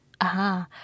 Aha